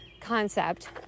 concept